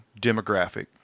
demographic